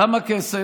כמה כסף?